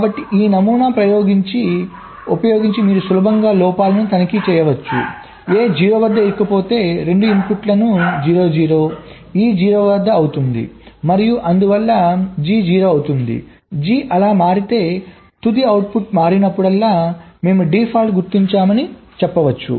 కాబట్టి ఈ నమూనా ప్రయోగించి ఉపయోగించి మీరు సులభంగా లోపాలను తనిఖీ చేయవచ్చు A 0 వద్ద ఇరుక్కుపోతే రెండు ఇన్పుట్లు 0 0 E 0 అవుతుంది మరియు అందువల్ల G 0 అవుతుంది G అలా మారితే తుది అవుట్పుట్ మారినప్పుడల్లా మేము డిఫాల్ట్గా గుర్తించామని చెప్పవచ్చు